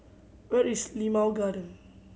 where is Limau Garden